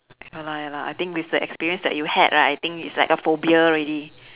ya lah ya lah I think with the experience that you had right I think it's like a phobia already